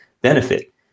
benefit